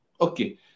Okay